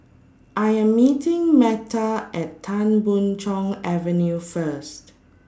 I Am meeting Meta At Tan Boon Chong Avenue First